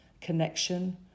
connection